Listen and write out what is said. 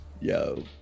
yo